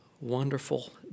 wonderful